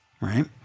right